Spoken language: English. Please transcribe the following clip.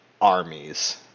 armies